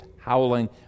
howling